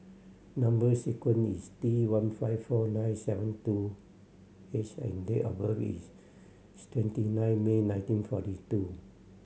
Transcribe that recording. number sequence is T one five four nine seven two H and date of birth is twenty nine May nineteen forty two